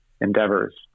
endeavors